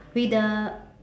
with the